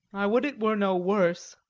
i would it were no worse.